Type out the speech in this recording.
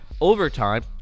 Overtime